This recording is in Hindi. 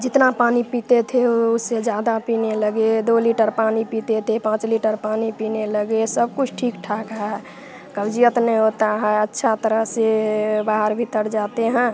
जितना पानी पीते थे ओ उससे ज़्यादा पीने लगे दो लीटर पानी पीते थे पाँच लीटर पानी पीने लगे सब कुछ ठीक ठाक है कब्जियत नहीं होता है अच्छा तरह से बाहर भीतर जाते हैं